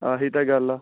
ਆਹੀ ਤਾਂ ਗੱਲ ਆ